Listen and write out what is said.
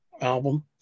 album